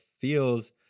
feels